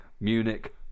Munich